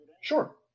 Sure